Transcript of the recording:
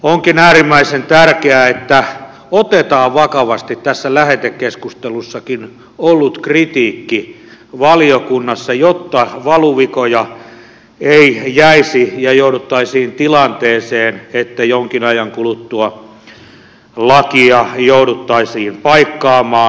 onkin äärimmäisen tärkeää että otetaan vakavasti tässä lähetekeskustelussakin ollut kritiikki valiokunnassa jotta valuvikoja ei jäisi eikä jouduttaisi tilanteeseen että jonkin ajan kuluttua lakia jouduttaisiin paikkaamaan